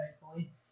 thankfully